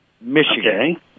Michigan